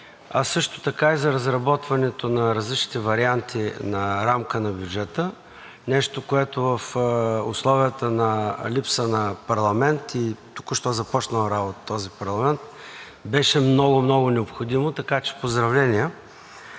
а също така и за разработването на различните варианти на рамка на бюджета – нещо, което в условията на липса на парламент и току-що започнал работа този парламент беше много, много необходимо, така че поздравления.